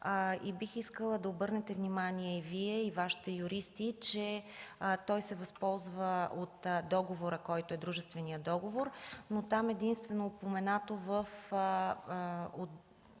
бих искала да обърнете внимание и Вие, и Вашите юристи, че той се възползва от дружествения договор, но там единствено е упоменато в